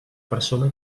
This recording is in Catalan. persona